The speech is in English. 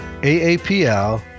AAPL